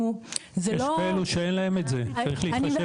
יש כאלה שאין להם את זה; צריך להתחשב בהם.